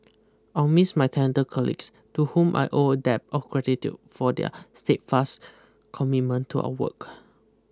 I'll miss my talent colleagues to whom I owe a debt of gratitude for their steadfast commitment to our work